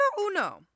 uno